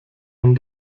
man